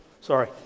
Sorry